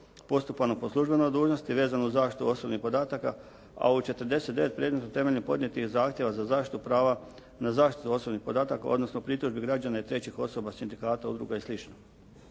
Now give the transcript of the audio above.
postupano po službenoj dužnosti vezano uz zaštitu osobnih podataka, a u 49 predmeta temeljem podnijetih zahtjeva za zaštitu prava na zaštitu osobnih podataka, odnosno pritužbi građana i trećih osoba, sindikata, udruga i